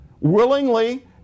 willingly